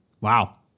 Wow